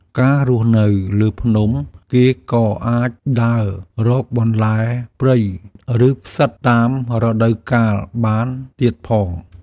ការរស់នៅលើភ្នំ គេក៏អាចដើររកបន្លែព្រៃ ឬផ្សិតតាមរដូវកាលបានទៀតផង។